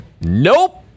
Nope